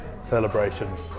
celebrations